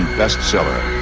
bestseller